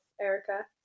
Erica